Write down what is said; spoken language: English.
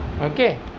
Okay